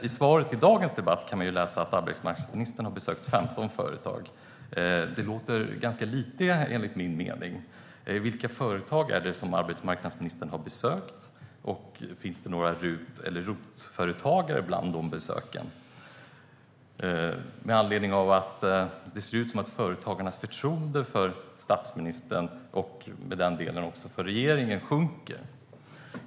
I svaret i dagens debatt får vi höra att arbetsmarknadsministern har besökt 15 företag. Det låter ganska lite. Vilka företag är det som arbetsmarknadsministern har besökt, och finns det några RUT eller ROT-företagare bland de besöken? Det ser ut som om företagarnas förtroende för statsministern och regeringen sjunker.